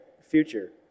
future